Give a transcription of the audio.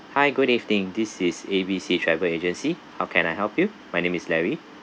hi good evening this is A B C travel agency how can I help you my name is larry